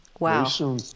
Wow